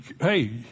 Hey